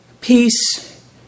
peace